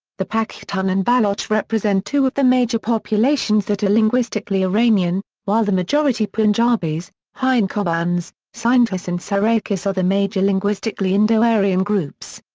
the pakhtun and baloch represent represent two of the major populations that are linguistically iranian, while the majority punjabis, hindkowans, sindhis and saraikis are the major linguistically indo-aryan groups.